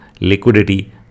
liquidity